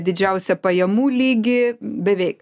didžiausią pajamų lygį beveik